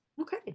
Okay